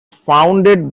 founded